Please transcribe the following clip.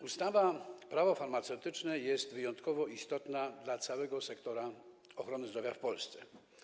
Ustawa Prawo farmaceutyczne jest wyjątkowo istotna dla całego sektora ochrony zdrowia w Polsce.